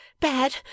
bad